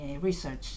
research